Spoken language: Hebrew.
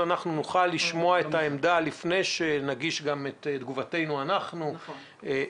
נוכל לשמוע את העמדה לפני שנגיש את תגובתנו אנחנו לבג"ץ,